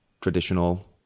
traditional